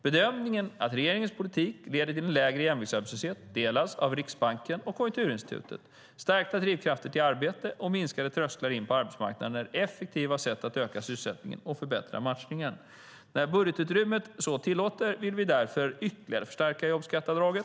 Bedömningen att regeringens politik leder till en lägre jämviktsarbetslöshet delas av Riksbanken och Konjunkturinstitutet. Stärkta drivkrafter till arbete och minskade trösklar in på arbetsmarknaden är effektiva sätt att öka sysselsättningen och förbättra matchningen. När budgetutrymmet så tillåter vill vi därför ytterligare förstärka jobbskatteavdraget.